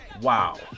Wow